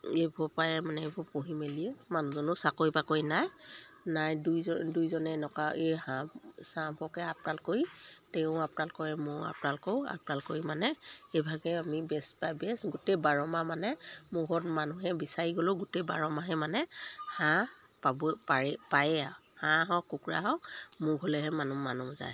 এইবোৰৰপৰাই মানে এইবোৰ পুহি মেলিয়ে মানুহজনো চাকৰি বাকৰি নাই নাই দুইজন দুইজনে এনেকুৱা এই হাঁহ চাহবোৰকে আপদাল কৰি তেৱোঁ আপদাল কৰে মইয়ো আপদাল কৰোঁ আপদাল কৰি মানে সেইভাগে আমি বেচ পাই বেচ গোটেই বাৰ মাহ মানে মোৰ ঘৰত মানুহে বিচাৰি গ'লেও গোটেই বাৰ মাহেই মানে হাঁহ পাব পাৰি পায়ে আৰু হাঁহ হওক কুকুৰা হওক মোৰ ঘৰলৈহে মানুহ মানুহ যায়